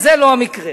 זה לא המקרה.